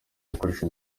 gukoresha